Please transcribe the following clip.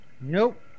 Nope